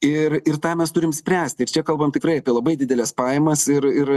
ir ir tą mes turim spręsti ir čia kalbam tikrai apie labai dideles pajamas ir ir